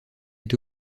est